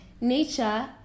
Nature